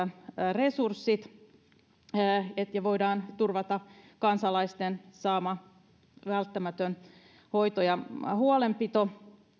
resurssit ja voidaan turvata kansalaisten saama välttämätön hoito ja huolenpito